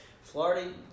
Florida